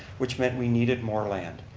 which meant we needed more land.